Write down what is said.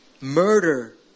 Murder